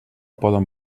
poden